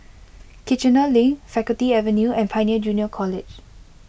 Kiichener Link Faculty Avenue and Pioneer Junior College